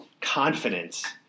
confidence